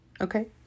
okay